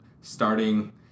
starting